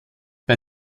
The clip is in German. bei